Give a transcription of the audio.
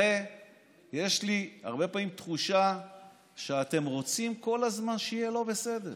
הרי יש לי הרבה פעמים תחושה שאתם רוצים כל הזמן שיהיה לא בסדר.